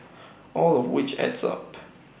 all of which adds up